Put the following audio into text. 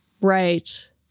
Right